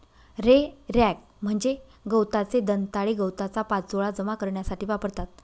हे रॅक म्हणजे गवताचे दंताळे गवताचा पाचोळा जमा करण्यासाठी वापरतात